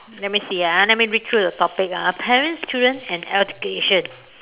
let me see ah let me read through the topic ah parents children and education